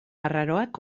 arraroak